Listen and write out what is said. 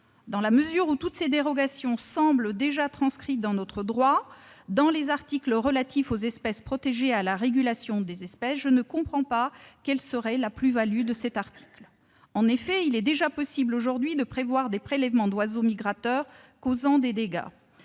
Dans la mesure où toutes ces dérogations semblent déjà transcrites dans notre droit dans les articles relatifs aux espèces protégées et à la régulation des espèces, je ne comprends pas quelle serait la plus-value apportée par le présent article. En effet, il est déjà possible aujourd'hui de prévoir des prélèvements d'oiseaux migrateurs causant des dégâts.